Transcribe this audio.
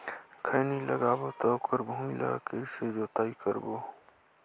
खैनी लगाबो ता ओकर भुईं ला कइसे जोताई करबो?